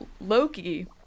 Loki